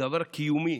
דבר קיומי.